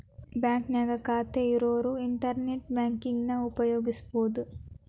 ಬಾಂಕ್ನ್ಯಾಗ ಖಾತೆ ಇರೋರ್ ಇಂಟರ್ನೆಟ್ ಬ್ಯಾಂಕಿಂಗನ ಉಪಯೋಗಿಸಬೋದು